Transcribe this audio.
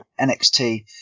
NXT